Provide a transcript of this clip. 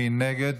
מי נגד?